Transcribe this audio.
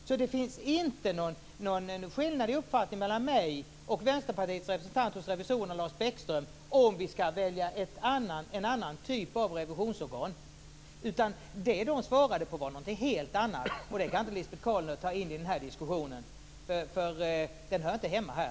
Det finns inte någon skillnad i uppfattning mellan mig och Vänsterpartiets representant hos revisorerna, Lars Bäckström, om vi skall välja en annan typ av revisionsorgan. Det de svarade på var någonting helt annat. Det kan inte Lisbet Calner ta in i den här diskussionen för det hör inte hemma här.